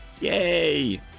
Yay